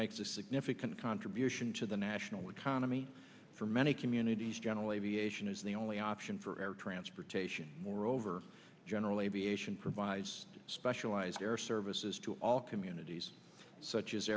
makes a significant contribution to the national economy for many communities general aviation is the only option for air transportation moreover general aviation provides specialized air services to all communities such as